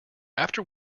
after